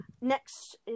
next